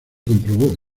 comprobó